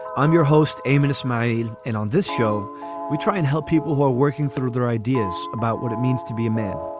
i'm your host aim and smile. and on this show we try and help people who are working through their ideas about what it means to be a man